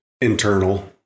internal